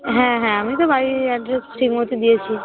হ্যাঁ হ্যাঁ আমি তো বাড়ির অ্যাড্রেস ঠিক মতো দিয়েছি